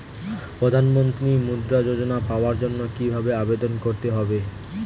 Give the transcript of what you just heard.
প্রধান মন্ত্রী মুদ্রা যোজনা পাওয়ার জন্য কিভাবে আবেদন করতে হবে?